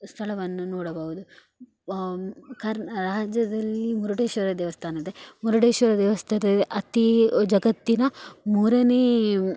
ಸ್ಥಳವನ್ನು ನೋಡಬೌದು ಕರ್ನ ರಾಜ್ಯದಲ್ಲಿ ಮುರುಡೇಶ್ವರ ದೇವಸ್ಥಾನವಿದೆ ಮುರುಡೇಶ್ವರ ದೇವಸ್ಥಾನ ಅತೀ ಜಗತ್ತಿನ ಮೂರನೇ